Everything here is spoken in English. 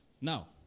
Now